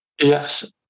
Yes